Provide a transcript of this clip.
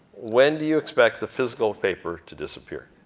when do you expect the physical paper to disappear?